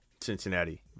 Cincinnati